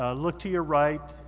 ah look to your right,